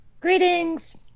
Greetings